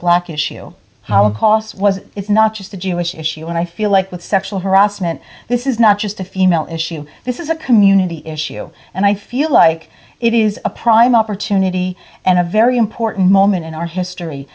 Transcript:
black issue holocaust was it's not just a jewish issue and i feel like with sexual harassment this is not just a female issue this is a community issue and i feel like it is a prime opportunity and a very important moment in our history